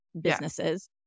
businesses